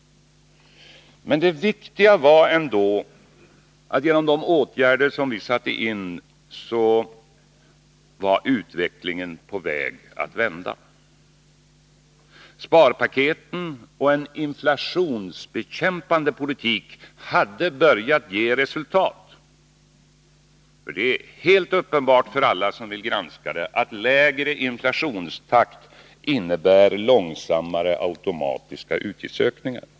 Men det viktiga var ändå att utvecklingen genom de åtgärder vi satte in var på väg att vända. Sparpaketen och en inflationsdämpande politik hade börjat ge resultat. Det är uppenbart för alla som vill granska det hela att lägre inflationstakt innebär långsammare automatiska utgiftsökningar.